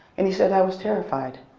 and he said i was terrified,